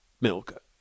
milk